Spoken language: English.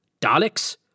Daleks